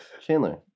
Chandler